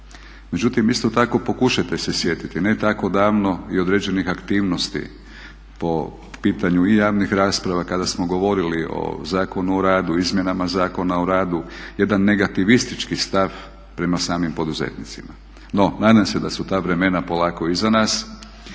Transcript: Međutim, isto tako pokušajte se sjetiti ne tako davno i određenih aktivnosti po pitanju i javnih rasprava kada smo govorili o Zakonu o radu, izmjenama zakona o radu jedan negativistički stav prema samim poduzetnicima. No, nadam se da su ta vremena polako iza nas